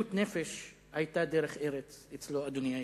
אדוני היושב-ראש,